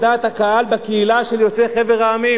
דעת הקהל בקהילה של יוצאי חבר העמים"